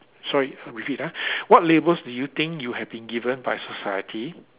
sorry I repeat ah what labels do you think you have been given by society